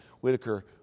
Whitaker